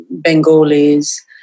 Bengalis